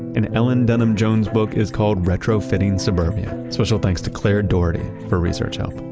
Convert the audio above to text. and ellen dunham jones's book is called retrofitting suburbia. special thanks to claire doherty for research help